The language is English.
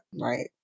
right